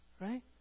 right